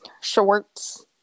Shorts